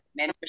mentorship